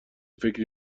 فکری